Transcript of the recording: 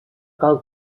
cal